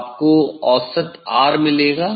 आपको औसत 'R' मिलेगा